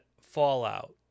fallout